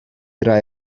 rai